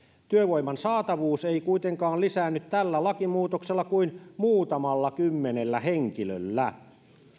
työvoiman saatavuus ei kuitenkaan lisäänny tällä lakimuutoksella kuin muutamalla kymmenellä henkilöllä